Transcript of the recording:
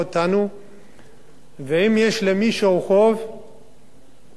אם יש למישהו במדינת ישראל חוב לבנק,